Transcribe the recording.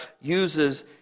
uses